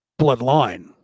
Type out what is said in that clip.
bloodline